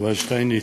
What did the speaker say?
יובל שטייניץ,